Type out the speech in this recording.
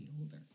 older